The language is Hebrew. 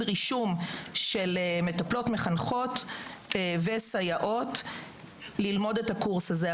רישום של מטפלות מחנכות וסייעות ללמוד את הקורס הזה.